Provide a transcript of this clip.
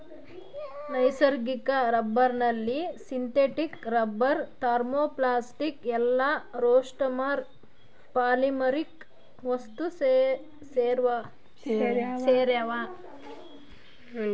ನೈಸರ್ಗಿಕ ರಬ್ಬರ್ನಲ್ಲಿ synthetic rubber thermoplastic elastomer polymeric ವಸ್ತುಸೇರ್ಯಾವ